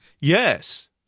Yes